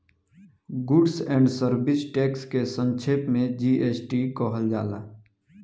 goods and service tax के संक्षेप में जी.एस.टी कहल जाला